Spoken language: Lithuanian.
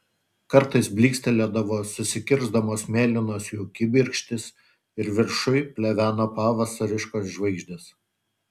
kartais blykstelėdavo susikirsdamos mėlynos jų kibirkštys ir viršuj pleveno pavasariškos žvaigždės